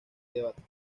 debates